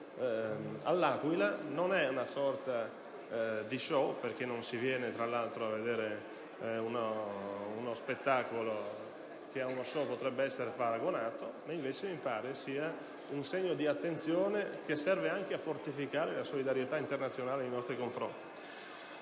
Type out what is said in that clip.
all'Aquila non è una sorta di *show*, perché non si viene a vedere uno spettacolo che ad uno *show* potrebbe essere paragonato, quanto piuttosto mi pare segno di attenzione che serve anche a fortificare la solidarietà internazionale nei nostri confronti.